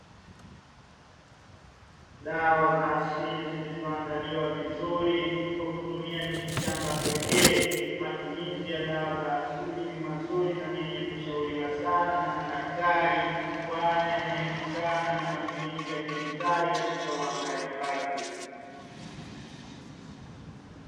Dawa za asili zilizoandaliwa vizuri kwa kutumia miti shamba pekee matumizi ya dawa za asili ni mazuri, na ni yenye kushauriwa sana na madaktari kwani ameepukana na matumizi ya kemikali katika waandaaji wake.